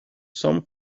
some